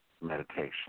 meditation